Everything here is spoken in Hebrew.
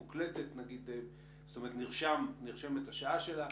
מוקלטת, נרשמת השעה שלה.